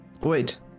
Wait